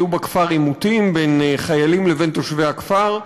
היו בכפר עימותים בין חיילים לבין תושבי הכפר,